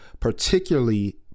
particularly